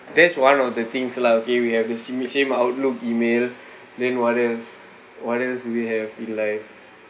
that's one of the things lah okay we have the sa~ same outlook email then what else what else we have in like